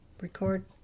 record